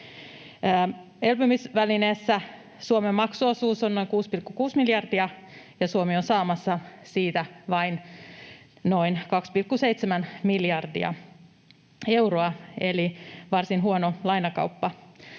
Elpymisvälineessä Suomen maksuosuus on noin 6,6 miljardia, ja Suomi on saamassa siitä vain noin 2,7 miljardia euroa, eli varsin huono lainakauppa.